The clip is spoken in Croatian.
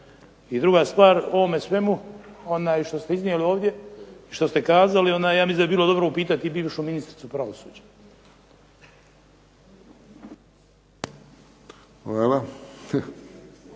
I druga stvar o ovome svemu što ste kazali ja mislim da bi bilo dobro upitati bivšu ministricu pravosuđa.